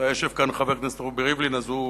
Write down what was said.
אם היה יושב כאן חבר הכנסת רובי ריבלין, אז הוא